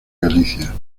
galicia